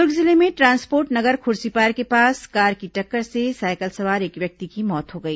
दुर्ग जिले में ट्रांसपोर्ट नगर खुर्सीपार के पास कार की टक्कर से साइकिल सवार एक व्यक्ति की मौत हो गई